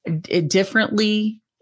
differently